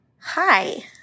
Hi